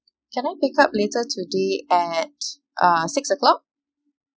can I pick up later today at uh six's o clock